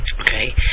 Okay